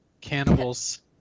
Cannibals